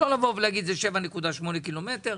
לא לבוא ולהגיד שזה 7.8 קילומטר,